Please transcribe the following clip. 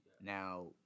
now